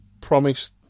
promise